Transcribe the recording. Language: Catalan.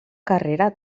carrera